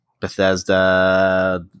Bethesda